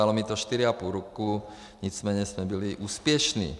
Trvalo mi to čtyři a půl roku, nicméně jsme byli úspěšní.